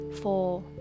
four